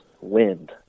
wind